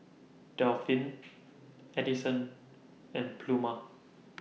Delphin Adyson and Pluma